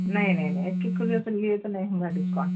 نہیں نہیں نہیں ایک ایک کلو کے لیے تو نہیں ہو گا ڈسکاؤنٹ